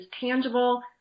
tangible